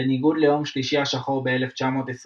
בניגוד ליום שלישי השחור ב-1929,